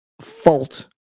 fault